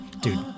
Dude